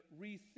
rethink